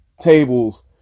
tables